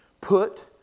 put